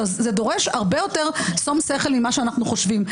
זה דורש הרבה יותר שום שכל ממה שאנחנו חושבים.